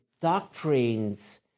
doctrines